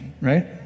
right